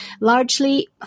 Largely